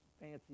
fancy